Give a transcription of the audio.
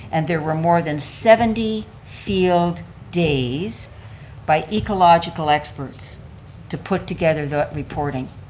and there were more than seventy field days by ecological experts to put together the reporting,